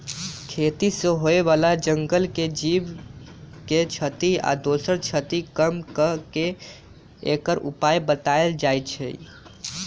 खेती से होय बला जंगल के जीव के क्षति आ दोसर क्षति कम क के एकर उपाय् बतायल जाइ छै